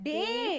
Day